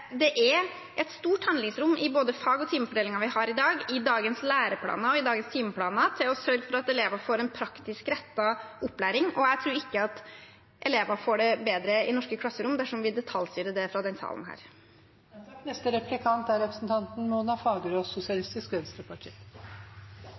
Det er et stort handlingsrom i både fag- og timefordelingen vi har i dag, i dagens læreplaner og i dagens timeplaner til å sørge for at elever får en praktisk rettet opplæring, og jeg tror ikke at elever får det bedre i norske klasserom dersom vi detaljstyrer det fra denne salen. Det ligger en iboende urettferdighet i det videregående skolesystemet vårt. Velger man studiespesialisering, er